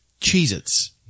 Cheez-Its